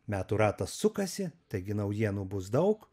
metų ratas sukasi taigi naujienų bus daug